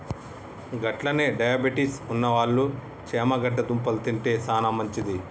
గట్లనే డయాబెటిస్ ఉన్నవాళ్ళు చేమగడ్డ దుంపలు తింటే సానా మంచిది